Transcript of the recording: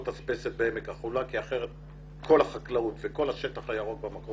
בעמק החולה כי אחרת כל החקלאות וכל השטח הירוק במקום